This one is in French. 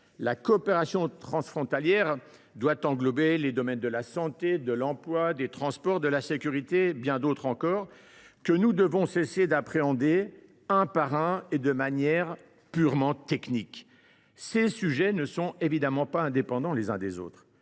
La coopération transfrontalière englobe les domaines de la santé, de l’emploi, des transports, de la sécurité, et bien d’autres que nous devons cesser d’appréhender un par un et de manière purement technique. Ces sujets ne sont pas indépendants les uns des autres.